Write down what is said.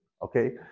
Okay